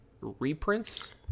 reprints